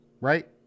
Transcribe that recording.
Right